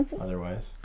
otherwise